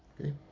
okay